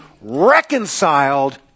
reconciled